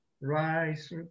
rice